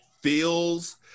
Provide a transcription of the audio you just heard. feels